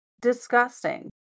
disgusting